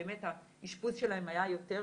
באמת האשפוז שלהם היה יותר